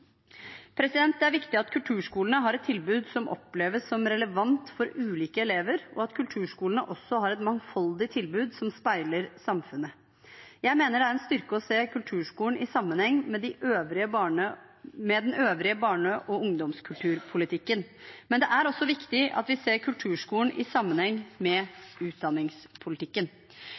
Det er viktig at kulturskolene har et tilbud som oppleves som relevant for ulike elever, og at kulturskolene også har et mangfoldig tilbud som speiler samfunnet. Jeg mener det er en styrke å se kulturskolen i sammenheng med den øvrige barne- og ungdomskulturpolitikken, men det er også viktig at vi ser kulturskolen i sammenheng med utdanningspolitikken.